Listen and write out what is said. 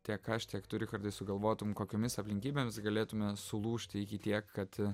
tiek aš tiek tu richardai sugalvotum kokiomis aplinkybėmis galėtume sulūžti iki tiek kad